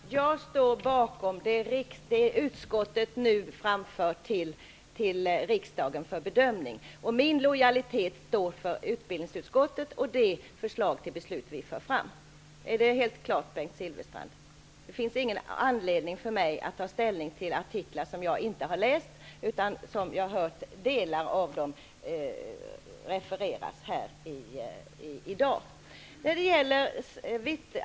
Fru talman! Jag står bakom det som utskottet nu lägger fram för riksdagen till bedömning. Min lojalitet gäller utbildningsutskottet och det förslag till beslut som vi för fram. Är det helt klart, Bengt Silfverstrand? Det finns inte någon anledning för mig att ta ställning till artiklar som jag inte har läst, utan som jag bara har hört delar av refererade här i dag.